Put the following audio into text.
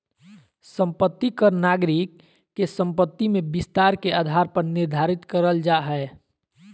संपत्ति कर नागरिक के संपत्ति के विस्तार के आधार पर निर्धारित करल जा हय